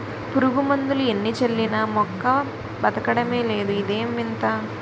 పురుగుమందులు ఎన్ని చల్లినా మొక్క బదకడమే లేదు ఇదేం వింత?